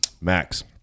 Max